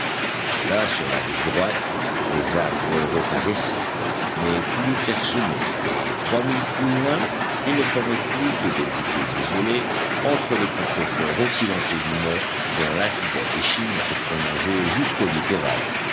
delà sur la rive droite les arbres reparaissaient mais plus clairsemés et trois milles plus loin ils ne formaient plus que des bouquets isolés entre les contreforts occidentaux du mont dont l'aride échine se prolongeait jusqu'au littoral